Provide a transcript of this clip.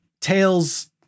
tails